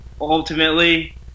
ultimately